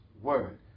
Word